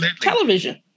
television